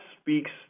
speaks